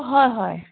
হয় হয়